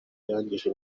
yangije